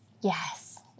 Yes